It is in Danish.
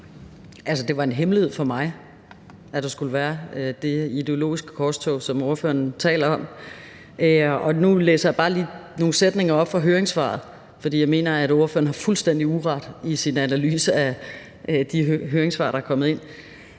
det var en hemmelighed for mig, at der skulle være det ideologiske korstog, som ordføreren taler om. Nu læser jeg bare lige nogle sætninger op fra høringssvaret fra Danmarks Private Skoler, for jeg mener, at ordføreren har fuldstændig uret i sin analyse af de høringssvar, der er kommet ind.